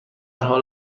حال